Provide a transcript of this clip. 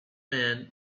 man